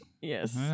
Yes